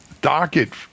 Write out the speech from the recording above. docket